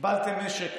קיבלתם משק,